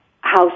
house